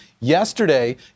Yesterday